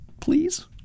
Please